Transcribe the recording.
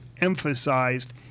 emphasized